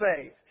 faith